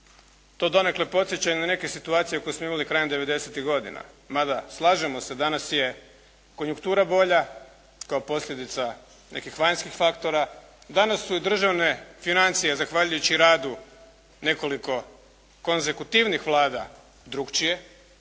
To donekle podsjeća i na neke situacije koje smo imali krajem devedesetih godina. Mada slažemo se danas je konjunktura bolja, kao posljedica nekih vanjskih faktora, danas su i državne financije zahvaljujući radu nekoliko konsekutivnih vlada drugačije,